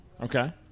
Okay